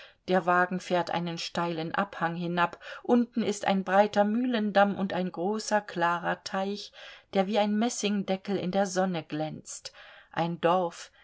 der wagen fährt einen steilen abhang hinab unten ist ein breiter mühlendamm und ein großer klarer teich der wie ein messingdeckel in der sonne glänzt ein dorf